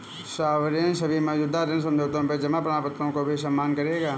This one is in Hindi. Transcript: सॉवरेन सभी मौजूदा ऋण समझौतों या जमा प्रमाणपत्रों का भी सम्मान करेगा